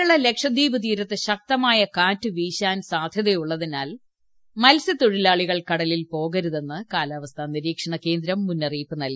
കേരള ലക്ഷദ്വീപ് തീരത്ത് ശക്തമായ കാറ്റ് വീശാൻ സാധൃതയുള്ളതിനാൽ മത്സ്യത്തൊഴിലാളികൾ കടലിൽ പോകരുതെന്ന് കാലാവസ്ഥാ നിരീക്ഷണ കേന്ദ്രം മുന്നറിയിപ്പ് നൽകി